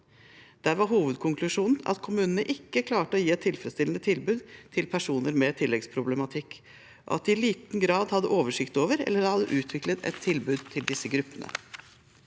Der var hovedkonklusjonen at kommunene ikke klarte å gi et tilfredsstillende tilbud til personer med tilleggsproblematikk, at de i liten grad hadde oversikt over eller hadde utviklet et tilbud til disse gruppene.